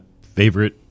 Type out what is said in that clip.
favorite